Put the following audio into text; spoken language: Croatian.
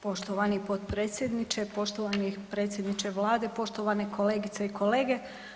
Poštovani potpredsjedniče, poštovani predsjedniče Vlade, poštovane kolegice i kolege.